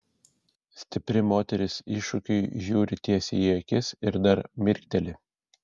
stipri moteris iššūkiui žiūri tiesiai į akis ir dar mirkteli